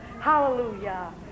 Hallelujah